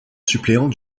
suppléant